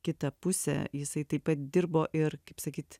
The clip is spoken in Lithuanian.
kitą pusę jisai taip pat dirbo ir kaip sakyt